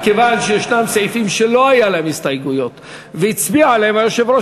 מכיוון שישנם סעיפים שלא היו להם הסתייגויות והצביע עליהם היושב-ראש,